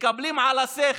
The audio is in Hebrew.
מתקבלים על הדעת,